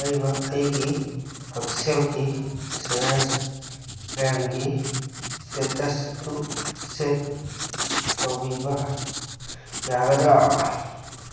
ꯂꯩꯕ ꯑꯩꯒꯤ ꯍꯛꯁꯦꯜꯒꯤ ꯏꯟꯁꯨꯔꯦꯟꯁ ꯀ꯭ꯂꯦꯝꯒꯤ ꯁ꯭ꯇꯦꯇꯁꯇꯨ ꯆꯦꯛ ꯇꯧꯕꯤꯕ ꯌꯥꯒꯗ꯭ꯔꯥ